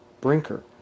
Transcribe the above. Brinker